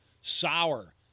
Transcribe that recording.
sour